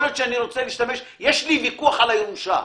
נניח יש לי ויכוח על הירושה,